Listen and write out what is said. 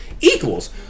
equals